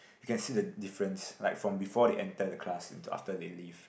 you can see the difference like from before they enter the class and to after they leave